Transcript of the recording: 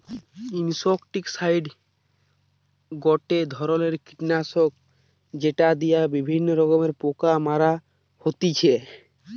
insecticide গটে ধরণের কীটনাশক যেটি দিয়া বিভিন্ন রকমের পোকা মারা হতিছে